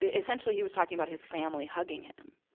ah essentially, he was talking about his family hugging him.